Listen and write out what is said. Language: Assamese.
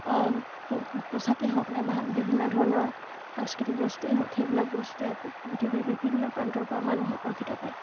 পো পোচাকেই হওক নাইবা বিভিন্ন ধৰণৰ সাংস্কৃতিক বস্তুৱেই হওক সেইবিলাক বস্তুৱে পৃথিৱীৰ বিভিন্ন প্ৰান্তৰ পৰা মানুহ আকৰ্ষিত কৰে